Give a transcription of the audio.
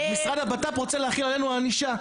משרד הבט"פ רוצה להחיל עלינו ענישה.